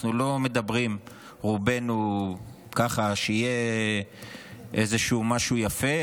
אנחנו רובנו לא מדברים כך שיהיה איזשהו משהו יפה,